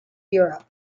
europe